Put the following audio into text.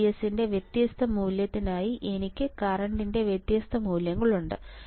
VGS ന്റെ വ്യത്യസ്ത മൂല്യത്തിനായി എനിക്ക് കറൻറ്ൻറെ വ്യത്യസ്ത മൂല്യങ്ങളുണ്ട്